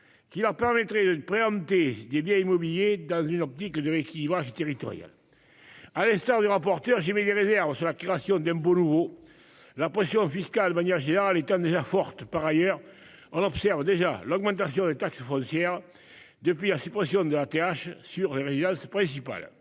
qui leur permettrait de préempter des biens immobiliers dans une optique de rééquilibrage territorial. À l'instar du rapporteur, j'ai mes DVD annonce la création d'un boulot, la pression fiscale manière générale étant donné la forte. Par ailleurs, on observe déjà l'augmentation des taxes foncières. Depuis la suppression de la TH sur les Real ce principal